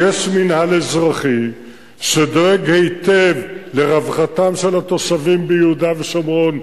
יש מינהל אזרחי שדואג היטב לרווחתם של התושבים ביהודה ושומרון,